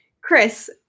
Chris